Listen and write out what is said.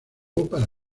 para